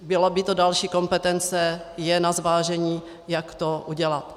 Byla by to další kompetence, je na zvážení, jak to udělat.